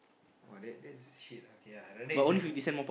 !wah! that that's shit okay I rather it's like a